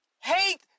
hate